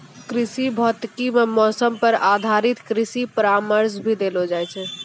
कृषि भौतिकी मॅ मौसम पर आधारित कृषि परामर्श भी देलो जाय छै